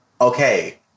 Okay